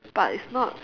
but it's not